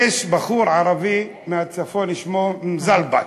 יש בחור ערבי מהצפון, שמו מוזלבט,